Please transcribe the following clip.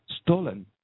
stolen